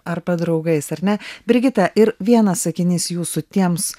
arba draugais ar ne brigita ir vienas sakinys jūsų tiems